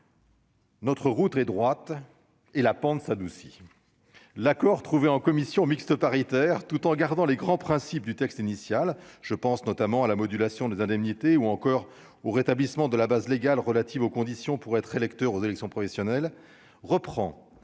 Notre route est droite et la pente s'adoucit l'accord trouvé en commission mixte paritaire, tout en gardant les grands principes du texte initial, je pense notamment à la modulation des indemnités ou encore au rétablissement de la base légale relatives aux conditions pour être électeurs aux élections professionnelles, reprend